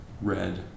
red